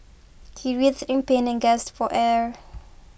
he writhed in pain and gasped for air